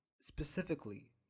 specifically